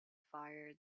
fire